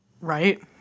Right